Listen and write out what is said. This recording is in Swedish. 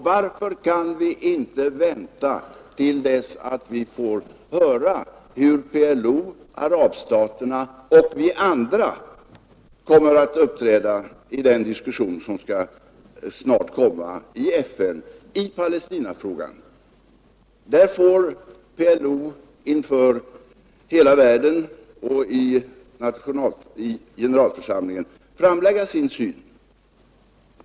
Varför kan vi inte vänta till dess att vi får höra hur PLO, arabstaterna och vi andra kommer att uppträda i den diskussion i Palestinafrågan som snart skall komma i FN? Där får PLO i generalförsamlingen inför hela världen framlägga sin syn.